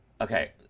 Okay